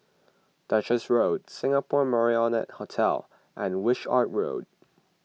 Duchess Road Singapore Marriott Hotel and Wishart Road